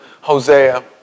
Hosea